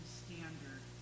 standard